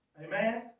Amen